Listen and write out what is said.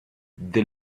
the